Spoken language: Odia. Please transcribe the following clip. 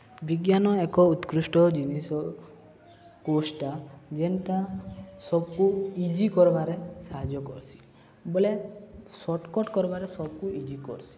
ବିଜ୍ଞାନ ଏକ ଉତ୍କୃଷ୍ଟ ଜିନିଷ କୋର୍ସ୍ଟା ଯେନ୍ଟା ସବ୍କୁ ଇଜି କର୍ବାରେ ସାହାଯ୍ୟ କର୍ସି ବୋଲେ ସଟ୍କଟ୍ କର୍ବାରେ ସବ୍କୁ ଇଜି କର୍ସି